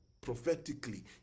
prophetically